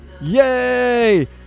Yay